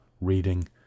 reading